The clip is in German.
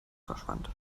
verschwand